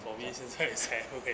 for me 现在 is he~ 无悔